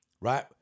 right